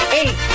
eight